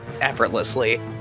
effortlessly